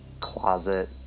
closet